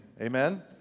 amen